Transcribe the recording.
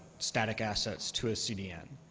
static assets to ah cdn.